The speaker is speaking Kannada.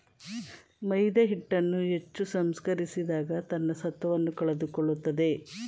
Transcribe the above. ಮೈದಾಹಿಟ್ಟನ್ನು ಹೆಚ್ಚು ಸಂಸ್ಕರಿಸಿದಾಗ ತನ್ನ ಸತ್ವವನ್ನು ಕಳೆದುಕೊಳ್ಳುತ್ತದೆ